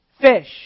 fish